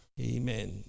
Amen